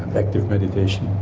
active meditation.